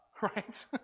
right